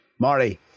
Marty